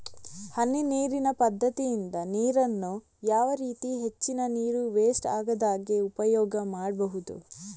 ಹನಿ ನೀರಿನ ಪದ್ಧತಿಯಿಂದ ನೀರಿನ್ನು ಯಾವ ರೀತಿ ಹೆಚ್ಚಿನ ನೀರು ವೆಸ್ಟ್ ಆಗದಾಗೆ ಉಪಯೋಗ ಮಾಡ್ಬಹುದು?